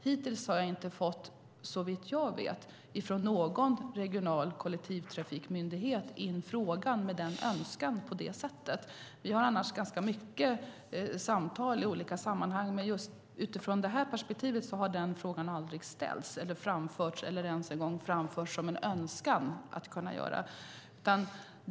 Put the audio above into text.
Hittills har jag inte fått, såvitt jag vet, frågan från någon regional kollektivtrafikmyndighet med den önskan på det sättet. Vi har annars ganska mycket samtal i olika sammanhang. Men den här frågan har aldrig ställts just utifrån detta perspektiv, framförts eller ens en gång framförts som en önskan att kunna göra.